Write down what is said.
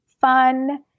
fun